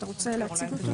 אתה רוצה להציג אותו?